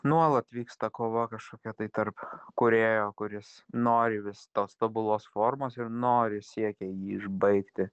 nuolat vyksta kova kažkokia tai tarp kūrėjo kuris nori vis tos tobulos formos ir nori siekia jį išbaigti